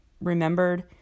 remembered